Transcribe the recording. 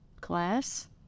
class